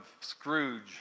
Scrooge